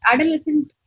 Adolescent